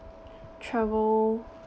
travel